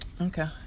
Okay